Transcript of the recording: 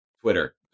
Twitter